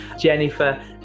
jennifer